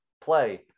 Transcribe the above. play